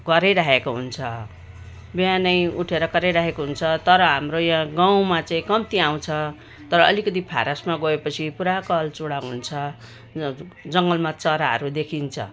कराइरहेको हुन्छ बिहानै उठेर कराइरहेको हुन्छ तर हाम्रो यहाँ गाउँमा चाहिँ कम्ती आउँछ तर अलिकति फारसमा गएपछि पुरा कल्चुडा हुन्छ जङ्गलमा चराहरू देखिन्छ